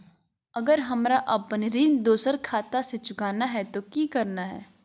अगर हमरा अपन ऋण दोसर खाता से चुकाना है तो कि करना है?